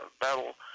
battle